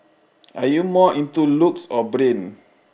are you more into looks or brain